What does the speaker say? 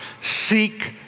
seek